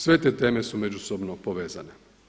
Sve te teme su međusobno povezane.